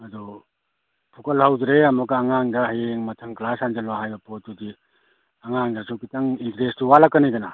ꯑꯗꯨ ꯐꯨꯀꯠꯍꯧꯗ꯭ꯔꯦ ꯑꯃꯨꯛꯀ ꯑꯉꯥꯡꯗ ꯍꯌꯦꯡ ꯃꯊꯪ ꯀ꯭ꯂꯥꯁ ꯍꯟꯖꯤꯜꯂꯣ ꯍꯥꯏꯕ ꯄꯣꯠꯇꯨꯗꯤ ꯑꯉꯥꯡꯗꯁꯨ ꯈꯤꯇꯪ ꯏꯟꯇꯔꯦꯁꯇꯨ ꯋꯥꯠꯂꯛꯀꯅꯤꯗꯅ